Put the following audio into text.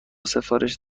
سفارش